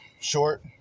short